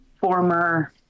former